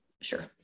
sure